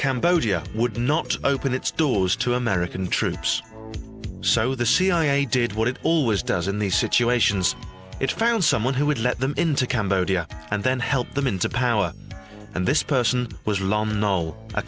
cambodia would not open its doors to american troops so the cia did what it always does in these situations it's found so one who would let them into cambodia and then help them into power and this person was